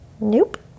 Nope